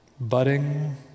budding